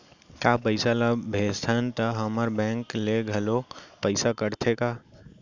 का पइसा ला भेजथन त हमर बैंक ले घलो पइसा कटथे का?